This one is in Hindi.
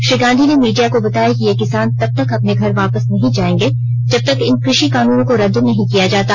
श्री गांधी ने मीडिया को बताया कि ये किसान तब तक अपने घर वापस नहीं जाएंगे जब तक इन कृषि कानूनों को रद्द नहीं किया जाता